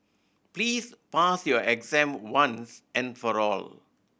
please pass your exam once and for all